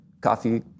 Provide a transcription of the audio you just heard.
coffee